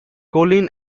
colin